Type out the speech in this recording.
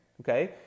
okay